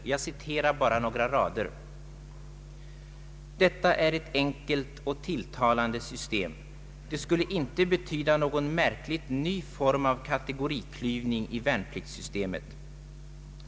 Jag citerar bara några rader: ”Detta är ett enkelt och tilltalande system. Det skulle inte betyda någon märkligt ny form av kategoriklyvning i värnpliktssystemet.